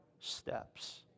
Steps